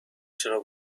چرا